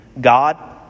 God